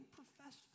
profess